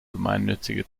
gemeinnützige